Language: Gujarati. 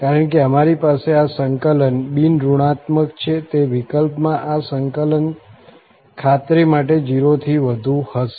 કારણ કે અમારી પાસે આ સંકલન બિન ઋણાત્મક છે તે વિકલ્પમાં આ સંકલન ખાતરી માટે 0 થી વધુ હશે